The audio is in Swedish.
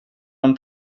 dem